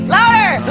Louder